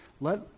Let